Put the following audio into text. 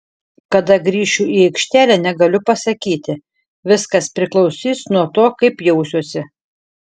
kada grįšiu į aikštelę negaliu pasakyti viskas priklausys nuo to kaip jausiuosi